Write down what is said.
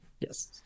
Yes